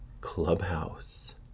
Clubhouse